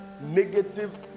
negative